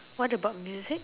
what about music